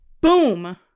Boom